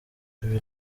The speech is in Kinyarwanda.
ibi